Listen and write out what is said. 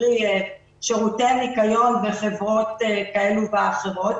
שירותי ניקיון וחברות כאלה ואחרות.